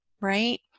right